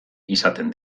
izaten